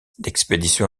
l’expédition